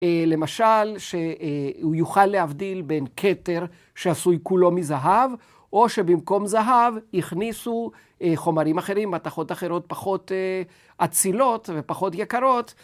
למשל, שהוא יוכל להבדיל בין כתר שעשוי כולו מזהב, או שבמקום זהב הכניסו חומרים אחרים, מתכות אחרות פחות אצילות ופחות יקרות.